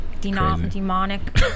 demonic